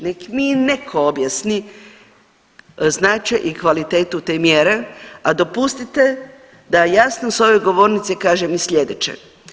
Nek mi netko objasni značaj i kvalitetu te mjere, a dopustite da jasno sa ove govornice kažem i sljedeće.